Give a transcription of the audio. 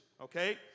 Okay